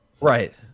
Right